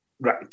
Right